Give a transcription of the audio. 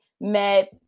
met